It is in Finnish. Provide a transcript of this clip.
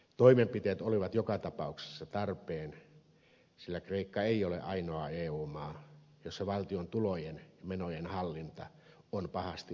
toimenpiteet olivat joka tapauksessa tarpeen sillä kreikka ei ole ainoa eu maa jossa valtion tulojen ja menojen hallinta on pahasti epäonnistunut